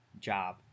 job